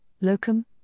locum